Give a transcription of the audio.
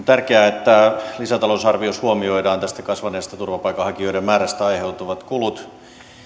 tärkeää että lisätalousarviossa huomioidaan tästä kasvaneesta turvapaikanhakijoiden määrästä aiheutuvat kulut